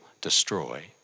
destroy